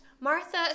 Martha